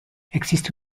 existe